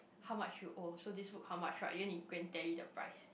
how much you owe so this book how much right then you go and tally the price